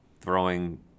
throwing